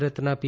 ભારતના પી